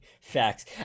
Facts